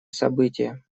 события